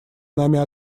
нами